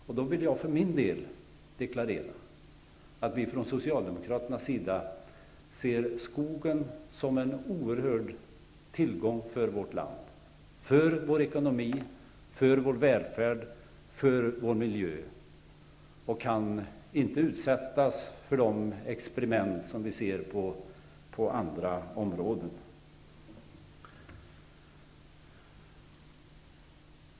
Jag vill för min del deklarera att vi socialdemokrater ser skogen som en oerhörd tillgång för vårt land, för vår ekonomi, för vår välfärd, för vår miljö. Den kan inte utsättas för de experiment som vi ser på andra områden.